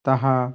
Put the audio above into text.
ତାହା